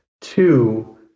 Two